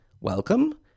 welcome